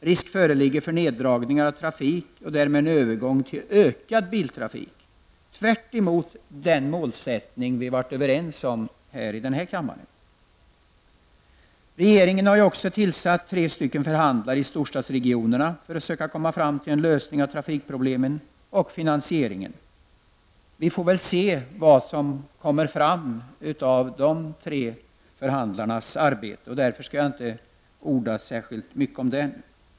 Risk föreligger för neddragningar av trafik och därmed en övergång till ökad biltrafik -- tvärtemot den målsättning vi har varit överens om i denna kammare. Regeringen har tillsatt tre förhandlare i storstadsregionerna för att söka komma fram till en lösning av trafikproblemen och finansieringen. Vi får se vad som kommer fram vid de tre förhandlarnas arbete. Jag skall därför inte orda särskilt mycket om detta nu.